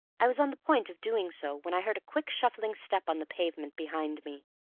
i was on the point of doing so, when i heard a quick, shuffling step on the pavement behind me.